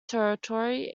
territory